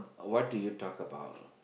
what did you talk about